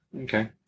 Okay